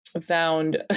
Found